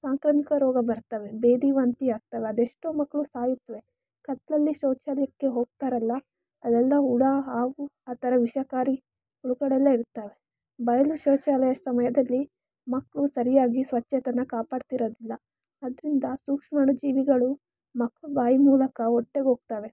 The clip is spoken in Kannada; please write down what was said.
ಸಾಂಕ್ರಾಮಿಕ ರೋಗ ಬರ್ತವೆ ಭೇದಿ ವಾಂತಿ ಆಗ್ತವೆ ಅದೆಷ್ಟೋ ಮಕ್ಕಳು ಸಾಯುತ್ತವೆ ಕತ್ತಲಲ್ಲಿ ಶೌಚಾಲಯಕ್ಕೆ ಹೋಗ್ತಾರಲ್ಲ ಅಲ್ಲೆಲ್ಲ ಹುಳ ಹಾವು ಆ ಥರ ವಿಷಕಾರಿ ಹುಳಗಳೆಲ್ಲ ಇರ್ತವೆ ಬಯಲು ಶೌಚಾಲಯ ಸಮಯದಲ್ಲಿ ಮಕ್ಕಳು ಸರಿಯಾಗಿ ಸ್ವಚ್ಛತೆನ ಕಾಪಾಡ್ತಿರೋದಿಲ್ಲ ಅದರಿಂದ ಸೂಕ್ಷ್ಮಾಣು ಜೀವಿಗಳು ಮಕ್ಕಳ ಬಾಯಿ ಮೂಲಕ ಹೊಟ್ಟೆಗೆ ಹೋಗ್ತವೆ